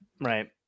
Right